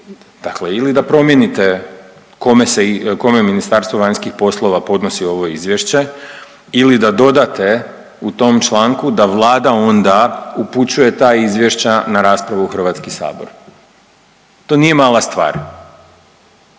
dakle ili da promijenite kome Ministarstvo vanjskih poslova podnosi ovo izvješće ili da dodate u tom članku da Vlada onda upućuje ta izvješća na raspravu u Hrvatski sabor. To nije mala stvar.